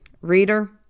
Reader